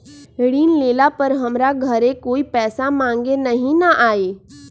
ऋण लेला पर हमरा घरे कोई पैसा मांगे नहीं न आई?